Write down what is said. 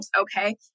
okay